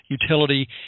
utility